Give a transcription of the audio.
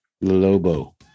lobo